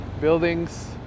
buildings